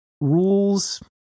rules